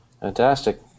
Fantastic